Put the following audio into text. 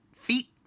feet